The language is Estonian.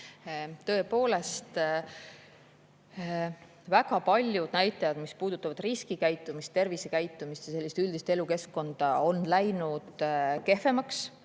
Tõepoolest, väga paljud näitajad, mis puudutavad riskikäitumist, tervisekäitumist ja üldist elukeskkonda, on läinud kehvemaks.